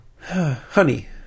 Honey